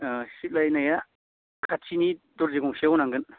अ सिलायनाया खाथिनि दरजि गंसेआव होनांगोन